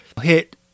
hit